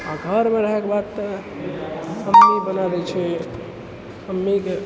आओर घरमे रहैके बाद तऽ मम्मी बनै दै छै मम्मीके